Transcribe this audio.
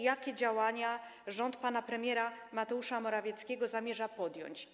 Jakie działania rząd pana premiera Mateusza Morawieckiego zamierza podjąć?